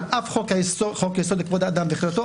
על אף חוק-יסוד: כבוד האדם וחירותו,